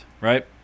right